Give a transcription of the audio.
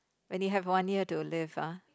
when you have one year to live ah